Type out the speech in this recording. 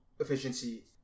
Efficiency